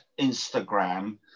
Instagram